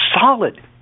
solid